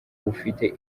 bufite